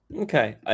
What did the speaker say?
Okay